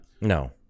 No